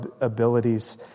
abilities